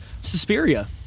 Suspiria